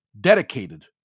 dedicated